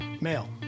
Male